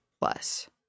plus